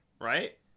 right